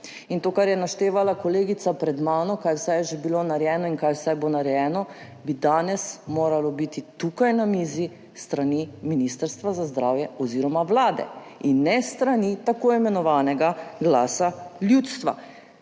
In to, kar je naštevala kolegica pred mano, kaj vse je že bilo narejeno in kaj vse bo narejeno, bi danes moralo biti tukaj na mizi s strani Ministrstva za zdravje oziroma Vlade in ne s strani tako imenovanega Glasa ljudstva,